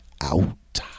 out